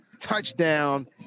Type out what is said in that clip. touchdown